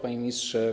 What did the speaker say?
Panie Ministrze!